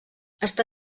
està